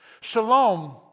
shalom